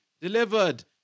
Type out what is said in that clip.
delivered